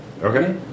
Okay